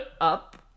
Up